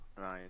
Nice